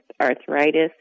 arthritis